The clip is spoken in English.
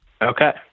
Okay